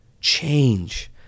Change